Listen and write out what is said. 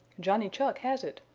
johnny chuck has it,